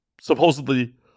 supposedly